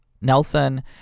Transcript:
Nelson